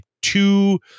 two